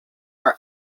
are